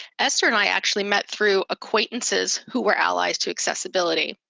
esther and i actually met through acquaintances who were allies to accessibility.